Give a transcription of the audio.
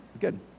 good